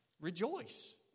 rejoice